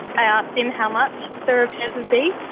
i asked him how much the repairs would be,